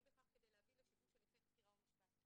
בכך כדי להביא לידי שיבוש הליכי חקירה ומשפט".